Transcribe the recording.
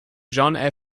john